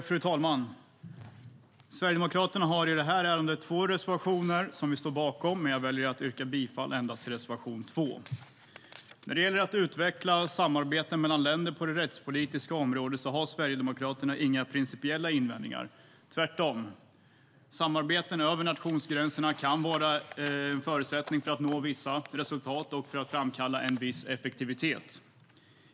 Fru talman! Sverigedemokraterna har i det här ärendet två reservationer som vi står bakom, men jag väljer att yrka bifall endast till reservation 2. När det gäller att utveckla samarbeten mellan länder på det rättspolitiska området har Sverigedemokraterna inga principiella invändningar, tvärtom. Samarbeten över nationsgränserna kan vara en förutsättning för att nå vissa resultat och för att framkalla en viss effektivitet.